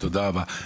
תודה רבה.